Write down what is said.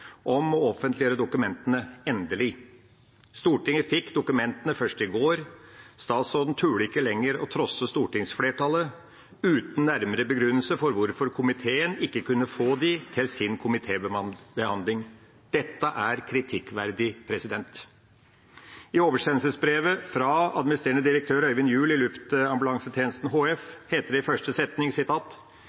om å offentliggjøre dokumentene – endelig. Stortinget fikk dokumentene først i går. Statsråden turte ikke lenger trosse stortingsflertallet uten nærmere begrunnelse for hvorfor komiteen ikke kunne få dem til sin komitébehandling. Dette er kritikkverdig. I oversendelsesbrevet fra administrerende direktør Øyvind Juell i Luftambulansetjenesten heter det i første setning: